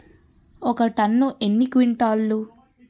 ఒక టన్ను ఎన్ని క్వింటాల్లు?